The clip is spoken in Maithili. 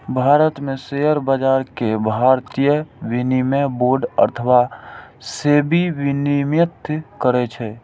भारत मे शेयर बाजार कें भारतीय विनिमय बोर्ड अथवा सेबी विनियमित करै छै